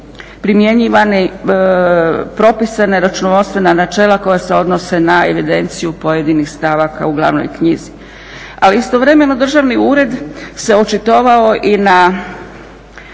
primjenjivana propisana računovodstvena načela koja se odnose na evidenciju pojedinih stavaka u glavnoj knjizi. Ali istovremeno Državni ured se očitovao i na